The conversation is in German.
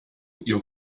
ihr